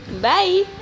Bye